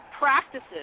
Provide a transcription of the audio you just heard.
practices